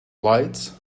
lights